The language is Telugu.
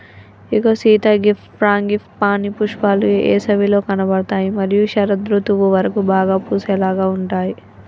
ఇగో సీత గీ ఫ్రాంగిపానీ పుష్పాలు ఏసవిలో కనబడుతాయి మరియు శరదృతువు వరకు బాగా పూసేలాగా ఉంటాయి